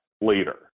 later